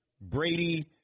Brady